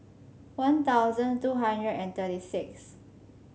One Thousand two hundred and thirty six